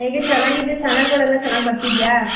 ಹೇಗೆ ಚೆನ್ನಾಗಿದೆ ಚಾನಲ್ಲುಗಳೆಲ್ಲ ಚೆನ್ನಾಗಿ ಬರ್ತಿದೆಯಾ